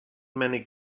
many